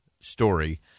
story